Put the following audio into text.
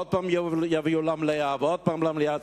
עוד פעם יביאו למליאה ועוד פעם למליאה.